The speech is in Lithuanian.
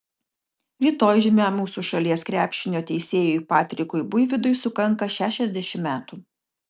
rytoj žymiam mūsų šalies krepšinio teisėjui patrikui buivydui sukanka šešiasdešimt metų